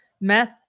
Meth